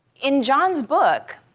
in jon's book,